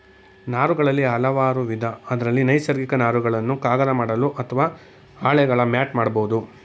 ನಾರುಗಳಲ್ಲಿ ಹಲವಾರುವಿಧ ಅದ್ರಲ್ಲಿ ನೈಸರ್ಗಿಕ ನಾರುಗಳನ್ನು ಕಾಗದ ಮಾಡಲು ಅತ್ವ ಹಾಳೆಗಳ ಮ್ಯಾಟ್ ಮಾಡ್ಬೋದು